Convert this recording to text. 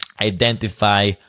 identify